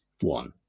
one